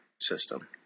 system